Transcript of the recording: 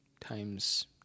times